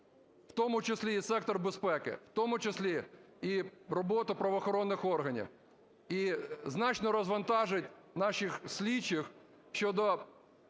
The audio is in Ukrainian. в тому числі і сектор безпеки, в тому числі і роботу правоохоронних органів, і значно розвантажить наших слідчих щодо